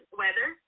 weather